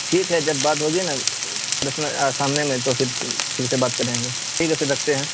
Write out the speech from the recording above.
ٹھیک ہے جب بات ہوگی نا سامنے میں تو پھر ٹھیک سے بات کریں گے ٹھیک ہے پھر رکھتے ہیں